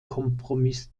kompromiss